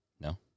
no